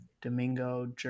Domingo